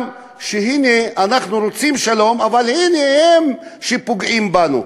שהנה אנחנו רוצים שלום אבל הנה הם שפוגעים בנו.